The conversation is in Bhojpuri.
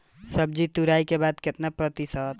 सब्जी तुराई के बाद केतना प्रतिशत भाग खराब हो जाला?